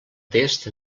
test